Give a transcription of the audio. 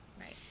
Right